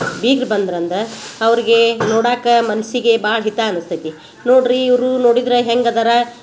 ಬೀಗ್ರು ಬಂದ್ರು ಅಂದು ಅವ್ರ್ಗೆ ನೋಡಾಕ್ಕ ಮನ್ಸಿಗೆ ಭಾಳ ಹಿತ ಅನಿಸ್ತೈತಿ ನೋಡ್ರಿ ಇವರು ನೋಡಿದ್ರೆ ಹೆಂಗೆ ಅದಾರ